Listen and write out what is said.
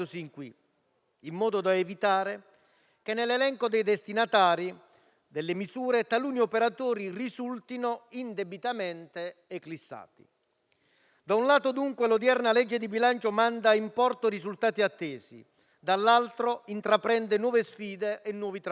in modo da evitare che nell'elenco dei destinatari delle misure, taluni operatori risultino indebitamente eclissati. Da un lato, dunque, l'odierna legge di bilancio manda in porto i risultati attesi, dall'altro intraprendere nuove sfide e nuovi traguardi.